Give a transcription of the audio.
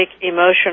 emotional